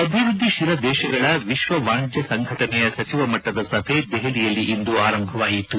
ಅಭಿವೃದ್ದಿತೀಲ ದೇಶಗಳ ವಿಶ್ವ ವಾಣಿಜ್ವ ಸಂಘಟನೆಯ ಸಚಿವ ಮಟ್ಟದ ಸಭೆ ದೆಹಲಿಯಲ್ಲಿಂದು ಆರಂಭವಾಯಿತು